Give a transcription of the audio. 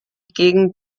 gegen